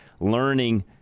learning